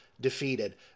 defeated